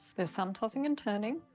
there's some tossing and turning.